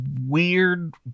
weird